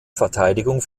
verteidigung